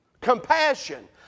compassion